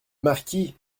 marquis